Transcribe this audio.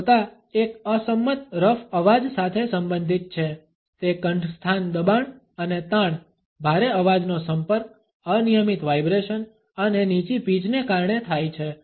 કઠોરતા એક અસંમત રફ અવાજ સાથે સંબંધિત છે તે કંઠસ્થાન દબાણ અને તાણ ભારે અવાજનો સંપર્ક અનિયમિત વાઈબ્રેશન અને નીચી પીચને કારણે થાય છે